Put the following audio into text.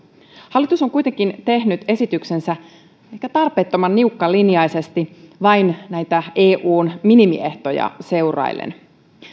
hallitus on kuitenkin tehnyt esityksensä ehkä tarpeettoman niukkalinjaisesti vain näitä eun minimiehtoja seuraillen